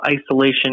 isolation